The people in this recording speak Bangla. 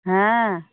হ্যাঁ